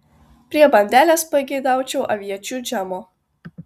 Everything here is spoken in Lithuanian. prie bandelės pageidaučiau aviečių džemo